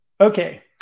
Okay